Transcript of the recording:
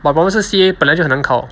but problem 是 C_A 本来就很难考